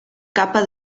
capa